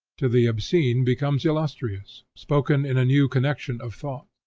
to the obscene, becomes illustrious, spoken in a new connexion of thought.